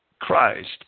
Christ